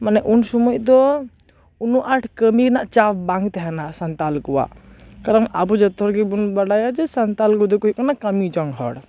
ᱢᱟᱱᱮ ᱩᱱ ᱥᱳᱢᱚᱭ ᱫᱚ ᱩᱱᱟᱹᱜ ᱟᱴ ᱠᱟᱹᱢᱤ ᱨᱮᱱᱟᱜ ᱪᱟᱯ ᱵᱟᱝ ᱛᱟᱦᱮᱱᱟ ᱥᱟᱱᱛᱟᱲ ᱠᱚᱣᱟᱜ ᱠᱟᱨᱚᱱ ᱟᱵᱚ ᱡᱚᱛᱚ ᱦᱚᱲ ᱜᱮᱵᱚᱱ ᱵᱟᱲᱟᱭᱟ ᱡᱮ ᱥᱟᱱᱛᱟᱲ ᱠᱚᱫᱚ ᱠᱚᱫᱚ ᱠᱚ ᱦᱩᱭᱩᱜ ᱠᱟᱱᱟ ᱠᱟᱹᱢᱤ ᱡᱚᱝ ᱦᱚᱲ